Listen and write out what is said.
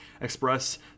express